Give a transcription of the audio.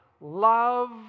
love